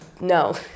no